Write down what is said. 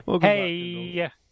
Hey